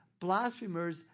blasphemers